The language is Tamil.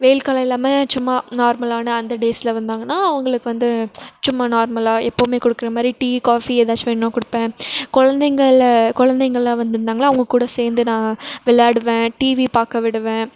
வெயில் காலம் இல்லாமல் சும்மா நார்மலான அந்த டேஸில் வந்தாங்கன்னால் அவங்களுக்கு வந்து சும்மா நார்மலாக எப்போதுமே கொடுக்கற மாதிரி டீ காஃபி எதாச்சும் வேண்னால் கொடுப்பேன் குழந்தைங்கள்ல குழந்தைங்கள்லாம் வந்துருந்தாங்கனால் அவங்கக்கூட சேர்ந்து நான் விளாடுவேன் டிவி பார்க்க விடுவேன்